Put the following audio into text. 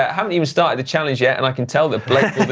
haven't even started the challenge yet and i can tell that blake